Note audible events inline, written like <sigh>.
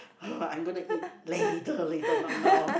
<noise> I'm gonna eat later later not now